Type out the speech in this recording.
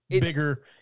bigger